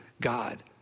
God